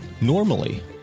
Normally